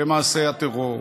ממעשי טרור.